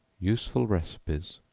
useful receipts,